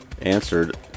answered